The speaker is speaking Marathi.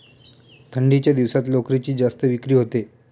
थंडीच्या दिवसात लोकरीची जास्त विक्री होते